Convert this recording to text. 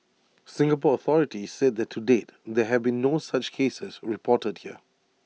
Singapore authorities said that to date there have been no such cases reported here